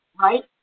Right